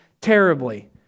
terribly